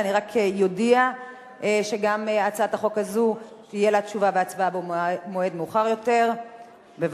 אני אציג את הצעת החוק ומייד לאחר מכן יעלה